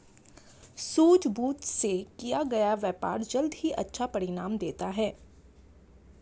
सूझबूझ से किया गया व्यापार जल्द ही अच्छा परिणाम देता है